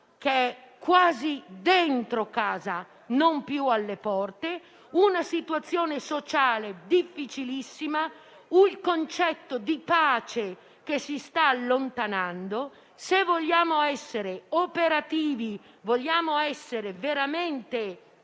che è quasi dentro casa, e non più alle porte; una situazione sociale difficilissima; un concetto di pace che si sta allontanando. Se vogliamo essere operativi e veramente